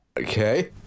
Okay